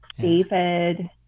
David